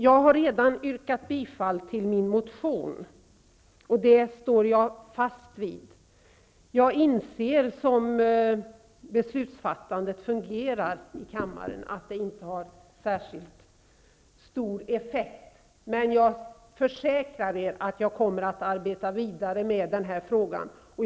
Jag har redan yrkat bifall till min motion, och det står jag fast vid. Jag inser att detta inte har särskilt stor effekt, med tanke på hur beslutsfattandet i kammaren fungerar, men jag försäkrar er att jag kommer att arbeta vidare med den här frågan.